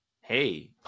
hey